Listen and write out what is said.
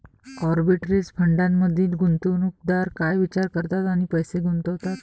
Arbitrage फंडांमधील गुंतवणूकदार काय विचार करतात आणि पैसे गुंतवतात?